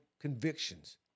convictions